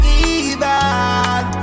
evil